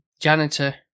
janitor